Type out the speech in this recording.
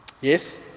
Yes